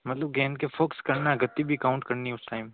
मतलब गेम के फोक्स करना है गति भी काउन्ट करनी है उस टाइम